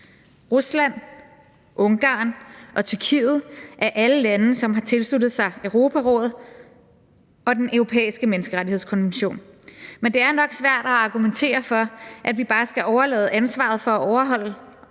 Rusland, Ungarn og Tyrkiet er alle lande, som har tilsluttet sig Europarådet og Den Europæiske Menneskerettighedskonvention, men det er nok svært at argumentere for, at vi bare skal overlade ansvaret for at overholde